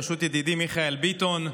בראשות ידידי מיכאל ביטון.